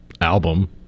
album